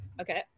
okay